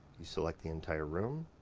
you select the entire room.